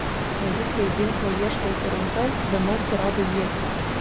nevikriai ginklo ieškanti ranka bemat surado ietį